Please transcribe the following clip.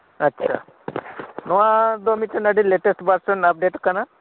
ᱟᱪᱷᱟ ᱱᱚᱣᱟᱫᱚ ᱟᱹᱰᱤ ᱢᱤᱫᱴᱮᱱ ᱞᱮᱴᱮᱥᱴ ᱵᱷᱟᱨᱥᱮᱱ ᱟᱯᱰᱮᱴ ᱟᱠᱟᱱᱟ